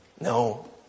No